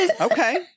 Okay